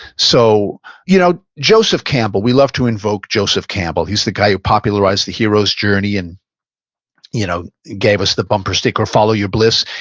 so you know joseph campbell, we love to invoke joseph campbell. he's the guy who popularized the hero's journey and you know gave us the bumper sticker, follow your bliss.